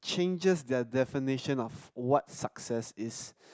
changes their definition of what success is